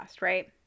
right